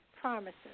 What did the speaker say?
promises